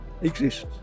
exists